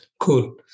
Cool